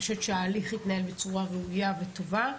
אני חושבת שההליך התנהל בצורה ראויה וטובה.